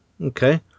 Okay